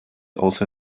also